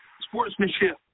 sportsmanship